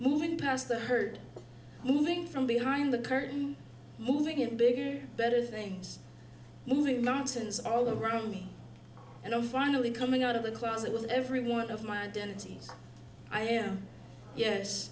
moving past the herd moving from behind the curtain moving into better things moving mountains all around me and i'm finally coming out of the closet with every one of my identity i am yes